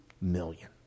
million